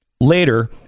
Later